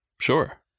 Sure